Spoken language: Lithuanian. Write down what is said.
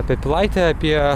apie pilaitę apie